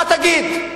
מה תגיד?